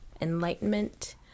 enlightenment